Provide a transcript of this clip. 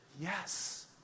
Yes